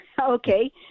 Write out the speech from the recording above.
Okay